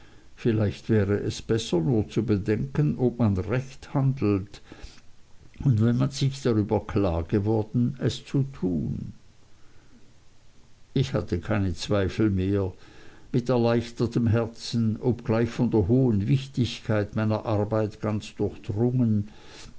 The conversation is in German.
vielleicht wäre es besser nur zu bedenken ob man recht handelt und wenn man sich darüber klar geworden es zu tun ich hatte keine zweifel mehr mit erleichtertem herzen obgleich von der hohen wichtigkeit meiner arbeit ganz durchdrungen